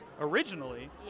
originally